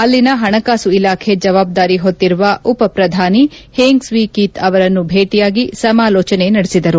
ಅಲ್ಲಿನ ಪಣಕಾಸು ಇಲಾಖೆ ಜವಾಬ್ಲಾರಿ ಹೊತ್ತಿರುವ ಉಪಪ್ರಧಾನಿ ಪೆಂಗ್ ಸ್ತೀ ಕೀತ್ ಅವರನ್ನು ಭೇಟಿಯಾಗಿ ಸಮಾಲೋಜನೆ ನಡೆಸಿದರು